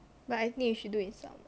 but I think you should do in summer